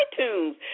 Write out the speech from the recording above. iTunes